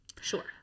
Sure